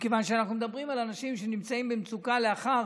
מכיוון שאנחנו מדברים על אנשים שנמצאים במצוקה לאחר